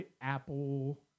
apple